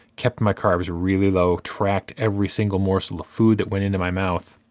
kept my carbs really low, tracked every single morsel of food that went into my mouth,